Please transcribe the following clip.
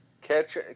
catch